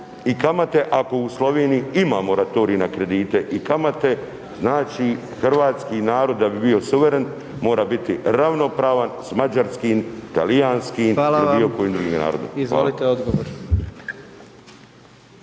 i kamate ako u Sloveniji ima moratorij na kredite i kamate, znači hrvatski narod da bi bio suveren mora biti ravnopravan s mađarskim, talijanskim ili bilo kojim drugim narodom.